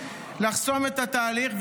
לחסום את התהליך,